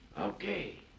Okay